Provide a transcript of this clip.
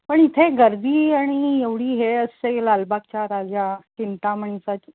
पण इथे गर्दी आणि एवढी हे असते लालबागच्या राजा चिंतामणचा